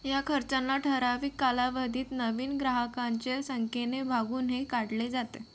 या खर्चांना ठराविक कालावधीत नवीन ग्राहकांच्या संख्येने भागून हे काढले जाते